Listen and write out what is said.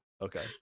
Okay